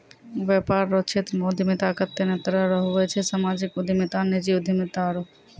वेपार रो क्षेत्रमे उद्यमिता कत्ते ने तरह रो हुवै छै सामाजिक उद्यमिता नीजी उद्यमिता आरु